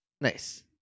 Nice